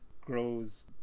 grows